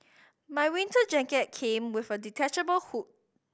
my winter jacket came with a detachable hood